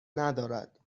ندارد